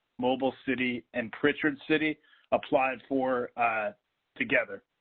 mobile city and prichard city applied for together.